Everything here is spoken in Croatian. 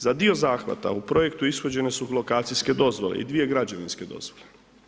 Za dio zahvata u projektu ishođene su lokacijske dozvole i dvije građevinske dozvole.